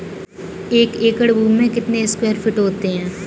एक एकड़ भूमि में कितने स्क्वायर फिट होते हैं?